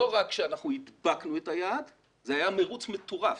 לא רק שאנחנו הדבקנו את היעד זה היה מרוץ מטורף,